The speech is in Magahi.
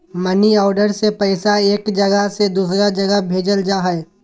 मनी ऑर्डर से पैसा एक जगह से दूसर जगह भेजल जा हय